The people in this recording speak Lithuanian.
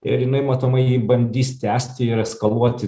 ir jinai matomai jį bandys tęsti ir eskaluoti